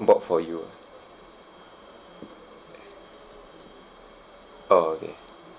bought for you ah oh okay